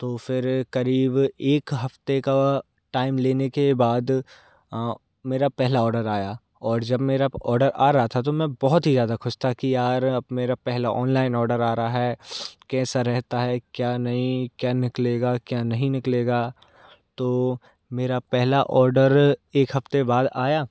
तो फ़िर करीब एक हफ्ते का टाइम लेने के बाद मेरा पहला ऑर्डर आया और जब मेरा ऑर्डर आ रहा था तो मैं बहुत ही ज़्यादा ख़ुश था कि यार अब मेरा पहला ऑनलाइन ऑर्डर आ रहा है कैसा रहता है क्या नहीं क्या निकलेगा क्या नहीं निकलेगा तो मेरा पहला ऑर्डर एक हफ्ते बाद आया